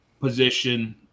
position